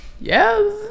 Yes